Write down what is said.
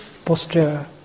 posture